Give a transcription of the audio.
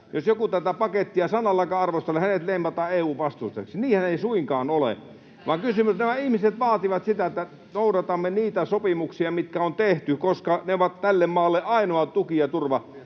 jos joku tätä pakettia sanallakaan arvostelee, hänet leimataan EU:n vastustajaksi. [Leena Meri: Tai anarkistiksi!] Niinhän ei suinkaan ole, vaan nämä ihmiset vaativat sitä, että noudatamme niitä sopimuksia, mitkä on tehty, koska ne ovat tälle maalle ainoa tuki ja turva.